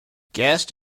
guest